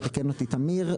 יתקן אותי תמיר,